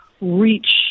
reach